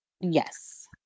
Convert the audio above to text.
Yes